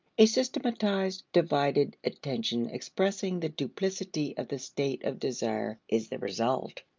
a systematized divided attention expressing the duplicity of the state of desire is the result.